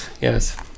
Yes